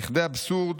"לכדי אבסורד